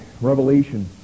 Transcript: Revelation